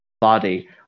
body